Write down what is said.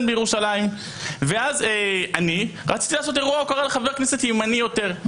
בירושלים ואז אני רציתי לעשות אירוע לחבר כנסת ימני יותר,